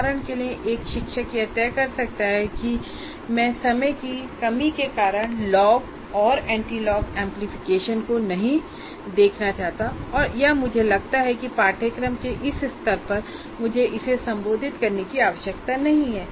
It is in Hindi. उदाहरण के लिए एक शिक्षक यह तय कर सकता है कि मैं समय की कमी के कारण लॉग और एंटीलॉग एम्पलीफिकेशन को नहीं देखना चाहता या मुझे लगता है कि पाठ्यक्रम के इस स्तर पर मुझे इसे संबोधित करने की आवश्यकता नहीं है